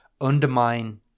undermine